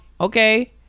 Okay